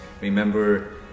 Remember